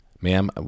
Ma'am